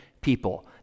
people